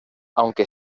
aunque